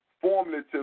formative